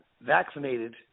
vaccinated